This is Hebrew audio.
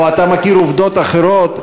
או שאתה מכיר עובדות אחרות,